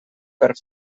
per